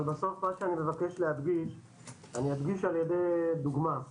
אני מבקש להדגיש על-ידי דוגמה.